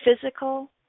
physical